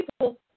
people